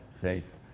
faith